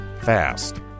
fast